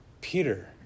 Peter